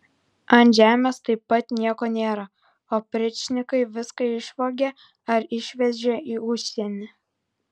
ant žemės taip pat nieko nėra opričnikai viską išvogė ar išvežė į užsienį